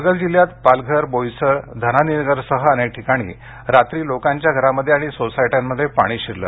पालघर जिल्ह्यात पालघर बोईसर धनानीनगर सह अनेक ठिकाणी रात्री लोकांच्या घरामध्ये आणि सोसायट्यांमध्ये पाणी शिरलं